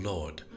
Lord